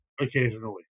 occasionally